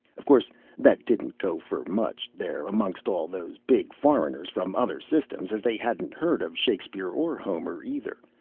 of course that didn't go for much there, amongst all those big foreigners from other systems, as they hadn't heard of shakespeare or homer either,